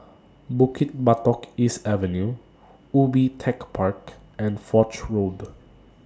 Bukit Batok East Avenue Ubi Tech Park and Foch Road